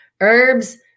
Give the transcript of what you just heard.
herbs